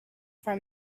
from